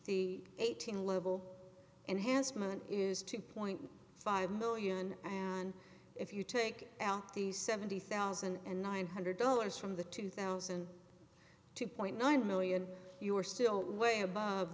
the eighteen level and handsome and is two point five million and if you take out the seventy thousand and nine hundred dollars from the two thousand two point nine million you are still way above